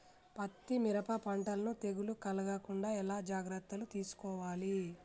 పత్తి మిరప పంటలను తెగులు కలగకుండా ఎలా జాగ్రత్తలు తీసుకోవాలి?